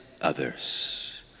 others